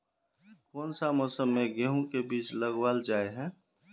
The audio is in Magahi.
कोन सा मौसम में गेंहू के बीज लगावल जाय है